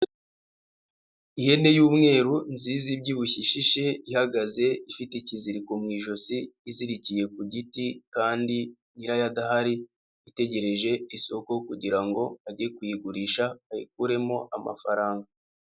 Ihene y'umweru, nziza, ibyibushye, ishishe, ihagaze, ifite ikiziriko mu ijosi, izirikiye ku giti kandi nyirayo adahari, itegereje isoko kugira ngo bajye kuyigurisha bayikuremo amafaranga.